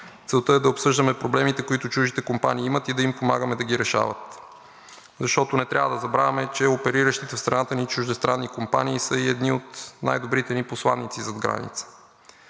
Целта е да обсъждаме проблемите, които чуждите компании имат, и да им помагаме да ги решават, защото не трябва да забравяме, че опериращите в страната ни чуждестранни компании са и едни от най-добрите ни посланици зад граница.